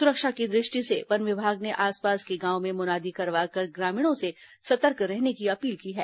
सुरक्षा के दृष्टि से वन विभाग ने आस पास के गांवों में मुनादी करवा कर ग्रामीणों से सतर्क रहने की अपील की है